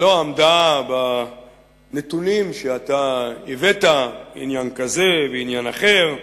לא עמדה בנתונים שאתה הבאת: עניין כזה ועניין אחר,